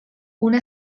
una